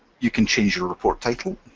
you can change your report title,